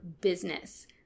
business